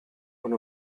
one